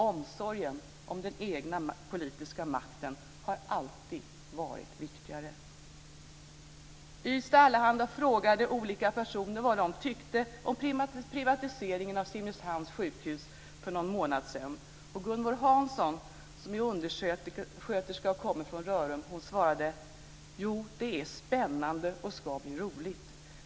Omsorgen om den egna politiska makten har alltid varit viktigare. Ystads Allehanda frågade för någon månad sedan olika personer vad de tyckte om privatiseringen av Simrishamns sjukhus. Gunvor Hansson, som är undersköterska och kommer från Rörum, svarade: Ja, det är spännande och ska bli roligt.